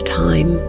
time